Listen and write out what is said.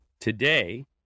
Today